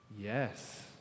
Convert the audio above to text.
Yes